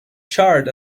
charred